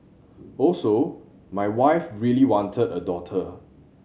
also my wife really wanted a daughter